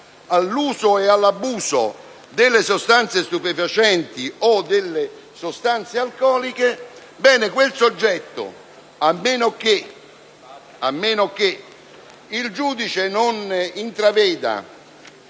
all'uso e all'abuso delle sostanze stupefacenti o alcoliche - a meno che il giudice non intraveda